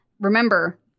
Remember